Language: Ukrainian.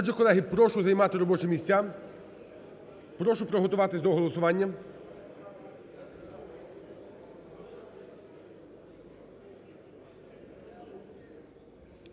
Отже, колеги, прошу займати робочі місця. Прошу приготуватися до голосування.